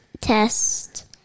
test